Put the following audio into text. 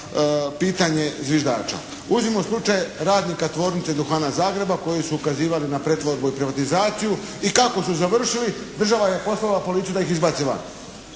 pitanje zviždača. Uzmimo slučaj radnika tvornice duhana Zagreba koji su ukazivali na pretvorbu i privatizaciju i kako su završili, država je poslala policiju da ih izbaci van.